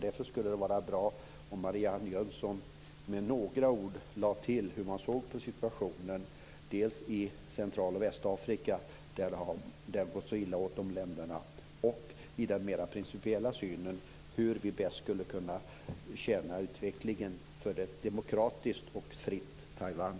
Därför skulle det vara bra om Marianne Jönsson med några ord lade till hur hon ser på situationen i Central och Västafrika, där man har gått så illa åt länderna. Jag vill också veta något om den mer principiella synen på hur vi bäst skulle kunna tjäna utvecklingen för ett demokratiskt och fritt Taiwan.